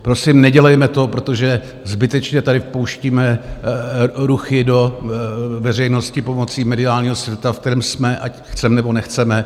Prosím, nedělejme to, protože zbytečně tady vpouštíme ruchy do veřejnosti pomocí mediálního světa, v kterém jsme, ať chceme, nebo nechceme.